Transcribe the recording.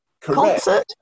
concert